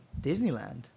Disneyland